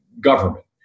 government